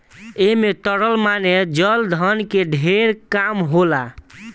ऐमे तरल माने चल धन के ढेर काम होला